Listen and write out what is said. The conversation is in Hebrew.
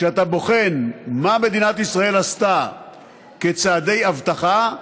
כשאתה בוחן מה מדינת ישראל עשתה כצעדי אבטחה,